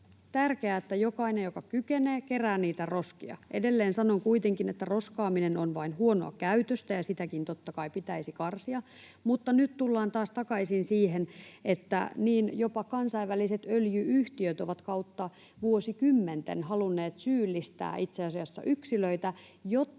tärkeää, että jokainen, joka kykenee, kerää niitä roskia. Edelleen sanon kuitenkin, että roskaaminen on vain huonoa käytöstä. Sitäkin totta kai pitäisi karsia. Mutta nyt tullaan taas takaisin siihen, että jopa kansainväliset öljy-yhtiöt ovat kautta vuosikymmenten halunneet syyllistää itse asiassa yksilöitä, jotta